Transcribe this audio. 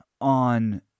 on